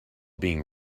being